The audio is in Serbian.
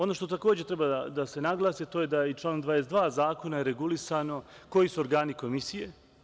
Ono što takođe treba da se naglasi, to je da je članom 22. regulisano koji su organi Komisije.